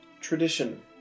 Tradition